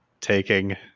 taking